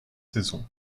saisons